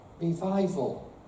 revival